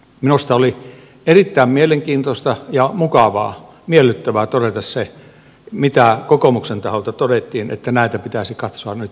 minusta oli erittäin mielenkiintoista ja mukavaa miellyttävää todeta se mitä kokoomuksen taholta todettiin että näitä pitäisi katsoa nyt yhdessä